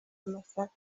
amasaka